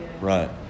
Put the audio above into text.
Right